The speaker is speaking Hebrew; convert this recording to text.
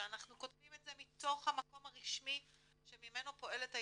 שאנחנו כותבים את זה מתוך המקום הרשמי שממנו פועלת היחידה,